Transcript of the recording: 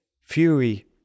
Fury